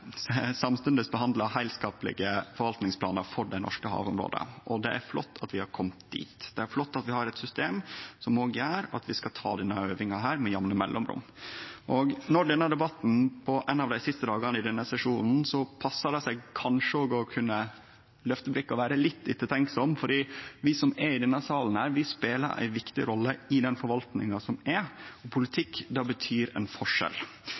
samstundes behandlar heilskaplege forvaltingsplanar for dei norske havområda, og det er flott at vi har kome dit. Det er flott at vi har eit system som òg gjer at vi skal ta denne øvinga med jamne mellomrom. Når denne debatten er på ein av dei siste dagane i denne sesjonen, passar det kanskje òg å løfte blikket og vere litt ettertenksam, for vi som er i denne salen, spelar ei viktig rolle i den forvaltinga som er. Politikk betyr ein forskjell.